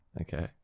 Okay